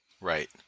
right